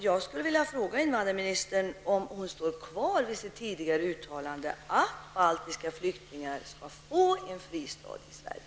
Jag skulle vilja fråga invandrarministern om hon står kvar vid sitt tidigare uttalande om att baltiska flyktingar skall få en fristad i Sverige.